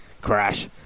crash